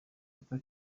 yitwa